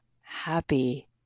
happy